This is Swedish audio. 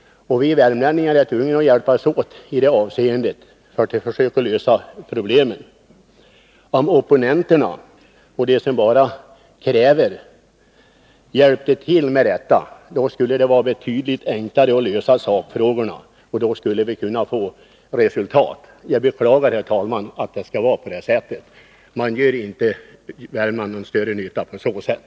Vi värmlänningar är tvungna att hjälpas åt i det avseendet för att lösa problemen. Om opponenterna och de som bara ställer krav hjälpte till, då skulle det vara betydligt enklare att klara sakfrågorna, och då skulle vi kunna få resultat. Jag beklagar, herr talman, att det skall vara så här. Man gör inte någon större nytta för Värmland på så sätt.